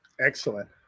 Excellent